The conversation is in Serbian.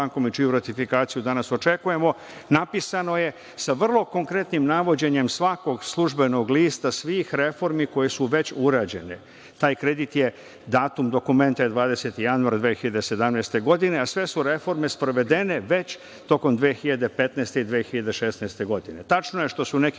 bankom i čiju ratifikaciju danas očekujemo, napisano je sa vrlo konkretnim navođenjem svakog službenog lista svih reformi koje su već urađene. Datum dokumenta je 20. januar 2017. godine, a sve su reforme sprovede već tokom 2015. i 2016. godine. Tačno je što su neki